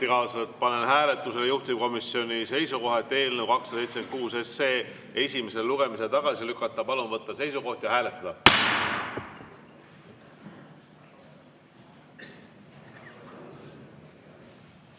panen hääletusele juhtivkomisjoni seisukoha, et eelnõu 276 tuleks esimesel lugemisel tagasi lükata. Palun võtta seisukoht ja hääletada!